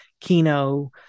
Kino